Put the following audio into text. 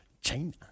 China